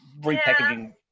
repackaging